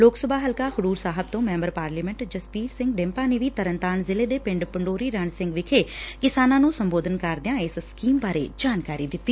ਲੋਕ ਸਭਾ ਹਲਕਾ ਖੇਵੂਰ ਸਾਹਿਬ ਤੋ ਮੈਬਰ ਪਾਰਲੀਮੈਟ ਜਸਬੀਰ ਸਿੰਘ ਡਿੰਪਾ ਨੇ ਵੀ ਤਰਨਤਾਰਨ ਸ਼ਿਲ੍ਹੇ ਦੇ ਪਿੰਡ ਪਡੋਰੀ ਰਣ ਸਿੰਘ ਵਿਖੇ ਕਿਸਾਨਾਂ ਨੁੰ ਸੰਬੋਧਨ ਕਰਦਿਆਂ ਇਸ ਸਕੀਮ ਬਾਰੇ ਜਾਣਕਾਰੀ ਦਿਤੀ